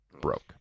Broke